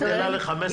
הוא בנה ל-15.